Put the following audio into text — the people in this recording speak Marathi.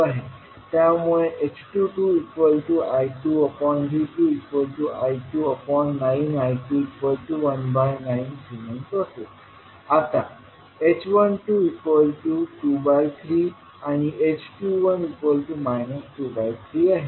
त्यामुळे h22I2V2I29I219S असेल आता h1223 आणि h21 23 आहे